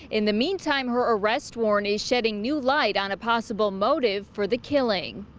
in the meantime, her arrest warrant is shedding new light on a possible motive for the killing.